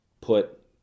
put